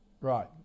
Right